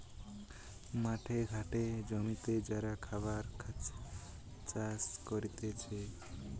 মাঠে ঘাটে জমিতে যারা খাবার চাষ করতিছে